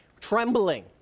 trembling